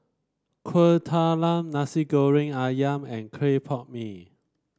Kuih Talam Nasi Goreng ayam and Clay Pot Mee